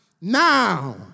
now